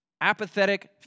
apathetic